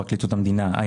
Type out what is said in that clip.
פרקליטות המדינה,